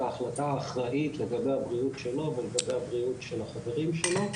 ההחלטה האחראית לגבי הבריאות שלו ולגבי הבריאות של החברים שלו,